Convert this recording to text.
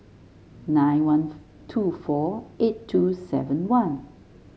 nine one two four eight two seven one